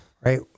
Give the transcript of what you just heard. right